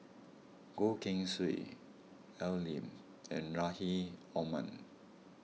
Goh Keng Swee Al Lim and Rahim Omar